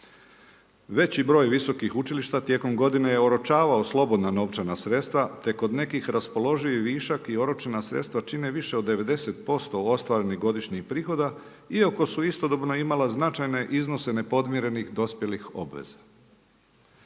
Veći broj visokih učilišta tijekom godine je oročavao slobodna novčana sredstva, te kod nekih raspoloživi višak i oročena sredstva čine više od 90% ostvarenih godišnjih prihoda iako su istodobno imala značajne iznose nepodmirenih dospjelih obveza.